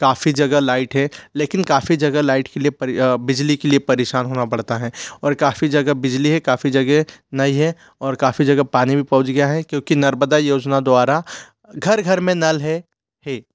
काफ़ी जगह लाइट है लेकिन काफ़ी जगह लाइट के लिए बिजली के लिए परेशान होना पड़ता है और काफ़ी जगह बिजली है काफ़ी जगह नहीं हे और काफ़ी जगह पानी भी पहुँच गया है क्योंकि नर्मदा योजना द्वारा घर घर में नल है है